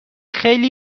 خیلی